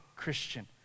Christian